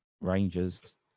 Rangers